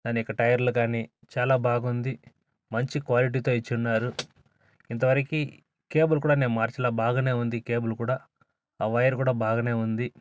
దాని యొక్క టైర్లు కానీ చాలా బాగుంది మంచి క్వాలిటీతో ఇచ్చున్నారు ఇంతవరకి కేబుల్ కూడా నేను మార్చల బాగనే ఉంది కేబుల్ కూడా ఆ వైర్ కూడా బాగనే ఉంది